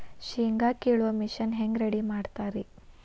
ಶೇಂಗಾ ಕೇಳುವ ಮಿಷನ್ ಹೆಂಗ್ ರೆಡಿ ಮಾಡತಾರ ರಿ?